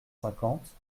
cinquante